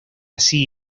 así